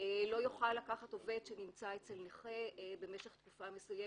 לא יוכל לקחת עובד שנמצא אצל נכה במשך תקופה מסוימת.